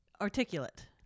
articulate